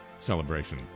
celebration